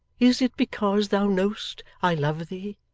is it because thou know'st i love thee,